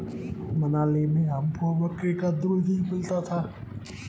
मनाली में हमको बकरी का दूध ही मिलता था